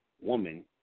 woman